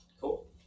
Cool